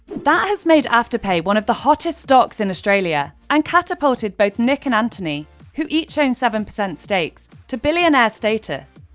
that has made afterpay one of the hottest stocks in australia and catapulted both nick and anthony who each own seven percent stakes to billionaire status.